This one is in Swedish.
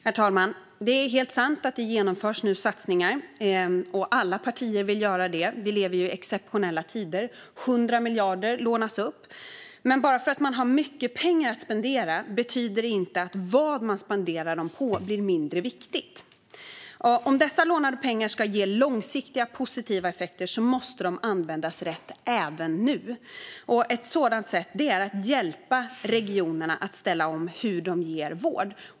Herr talman! Det är helt sant att det nu genomförs satsningar. Alla partier vill det - vi lever ju i exceptionella tider. 100 miljarder lånas upp. Men bara för att man har mycket pengar att spendera betyder det inte att det blir mindre viktigt vad man spenderar dem på. Om dessa lånade pengar ska ge långsiktiga positiva effekter måste de användas rätt även nu. Ett sätt är att hjälpa regionerna att ställa om hur de ger vård.